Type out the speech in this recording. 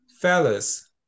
Fellas